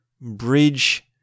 bridge